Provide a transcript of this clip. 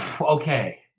Okay